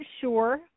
sure